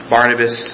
Barnabas